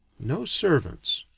no servants,